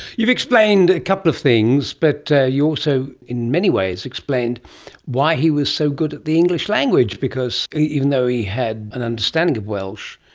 you've explained a couple of things, but you also in many ways explained why he was so good at the english language because even though he had an understanding of welsh,